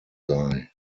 sei